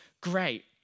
great